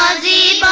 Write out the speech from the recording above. ah the